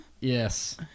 Yes